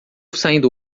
saindo